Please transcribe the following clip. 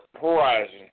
horizon